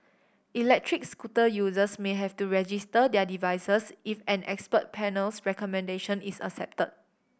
electric scooter users may have to register their devices if an expert panel's recommendation is accepted